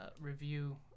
review